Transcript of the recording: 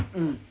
mm